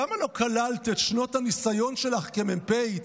למה לא כללת את שנות הניסיון שלך כמ"פית,